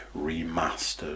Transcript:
Remastered